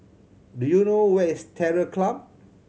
do you know where is Terror Club